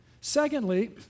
Secondly